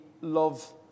love